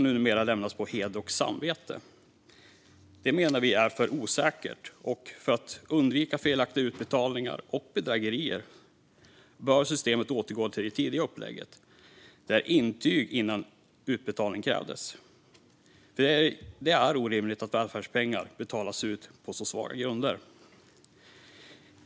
Numera lämnas intyg på heder och samvete, vilket vi menar är för osäkert. För att undvika felaktiga utbetalningar och bedrägerier bör systemet återgå till det tidigare upplägget, där intyg krävdes före utbetalning. Det är orimligt att välfärdspengar betalas ut på så svaga grunder.